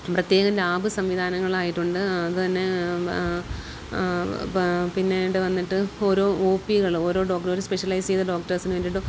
പ്രത്യേകം ലാബ് സംവിധാനങ്ങളായിട്ടുണ്ട് അതു തന്നെ പിന്നീടു വന്നിട്ട് ഓരോ ഓ പ്പികൾ ഓരോ ഡോക്ടർ ഒരു സ്പെഷ്യലൈസ് ചെയ്ത ഡോക്ടർസിനു വേണ്ടിയിട്ട്